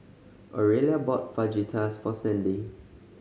Aurelia bought Fajitas for Sandy